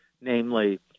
namely